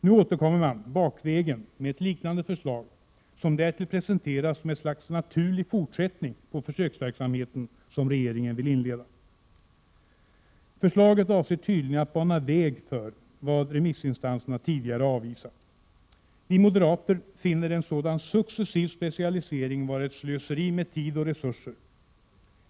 Nu återkommer regeringen bakvägen med ett liknande förslag, som därtill presenteras som ett slags naturlig fortsättning på den försöksverksamhet regeringen vill inleda. Förslaget avser tydligen att bana väg för vad remissinstanserna tidigare avvisat. Vi moderater finner en sådan successiv specialisering vara ett slöseri med tid och resurser.